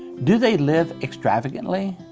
do they live extravagantly?